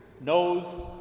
knows